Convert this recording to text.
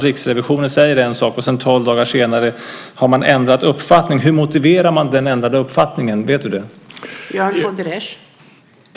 Riksrevisionen säger en sak, och sedan tolv dagar senare har man ändrat uppfattning. Hur motiverar man den ändrade uppfattningen? Vet du det?